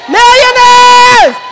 Millionaires